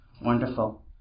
wonderful